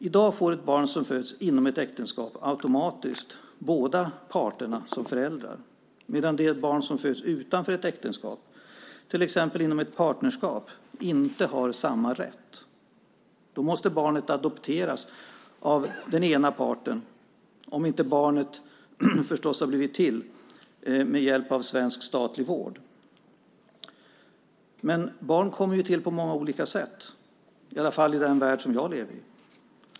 I dag får ett barn som föds inom ett äktenskap automatiskt båda som föräldrar, medan det barn som föds till exempel inom ett partnerskap inte har samma rättighet. Då måste barnet adopteras av den ena partnern, om inte barnet har blivit till med hjälp av svensk statlig vård. Men barn kommer till på många olika sätt, i alla fall i den värld som jag lever i.